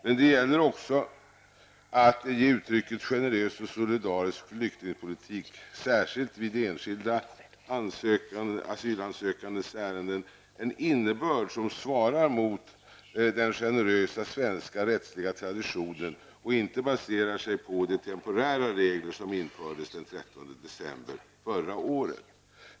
Men det gäller också att ge uttrycket generös och solidarisk flyktingpolitik, särskilt vid enskilda asylsökandes ärenden, en innebörd som svarar mot den generösa svenska rättsliga traditionen och inte baserar sig på de temporära regler som infördes den 13 december förra året.